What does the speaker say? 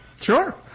Sure